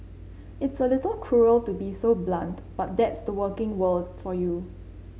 it's a little cruel to be so blunt but that's the working world for you